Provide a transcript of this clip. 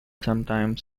sometimes